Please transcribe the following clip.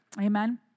Amen